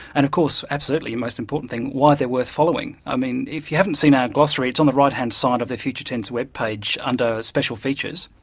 and of course absolutely the most important thing, why they're worth following. ah if you haven't seen our glossary, it's on the right-hand side of the future tense web page, under special features,